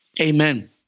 Amen